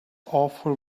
awful